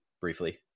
briefly